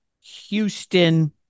Houston